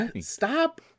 Stop